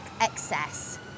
excess